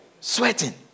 Sweating